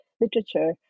literature